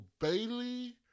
Bailey